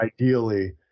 ideally